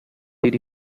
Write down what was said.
did